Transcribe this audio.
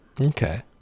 Okay